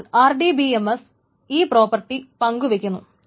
അപ്പോൾ RDBMS ഈ property പങ്കുവയ്ക്കുന്നു